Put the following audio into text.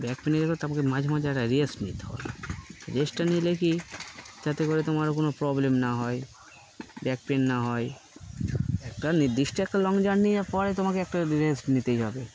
back পেনে গলে তোাকে মাঝে মাঝে একটা রেস্ট নিতে হবে রেস্টটা নিলে কি যাতে করে তোমার কোনো প্রবলেম না হয় ব্যাক পেন না হয় তার নির্দিষ্ট একটা লং জার্নি ওয়ার পরে তোমাকে একটা রেস্ট নিতেই হবে